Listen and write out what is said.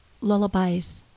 lullabies